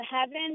heaven